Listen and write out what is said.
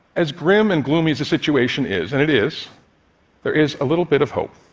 as grim and gloomy as the situation is and it is there is a little bit of hope.